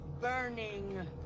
burning